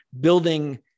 building